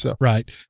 right